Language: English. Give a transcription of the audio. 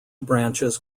branches